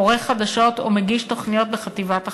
עורך חדשות או מגיש תוכניות בחטיבת החדשות.